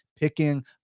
picking